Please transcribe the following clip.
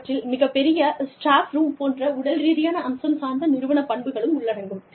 அவற்றில் மிகப்பெரிய ஸ்டாஃப்ரூம் போன்ற உடல் ரீதியான அம்சம் சார்ந்த நிறுவன பண்புகளும் உள்ளடங்கும்